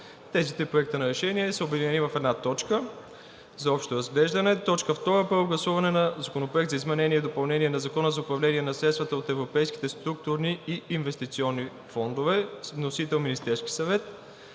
Тези три проекта за решение са обединени в една точка за общо разглеждане. 2. Първо гласуване на Законопроекта за изменение и допълнение на Закона за управление на средствата от Европейските структурни и инвестиционни фондове. Вносител – Министерският съвет.